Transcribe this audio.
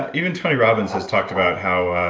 ah even tony robins has talked about how.